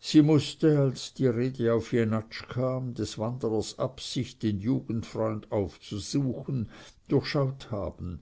sie mußte als die rede auf jenatsch kam des wanderers absicht den jugendfreund aufzusuchen durchschaut haben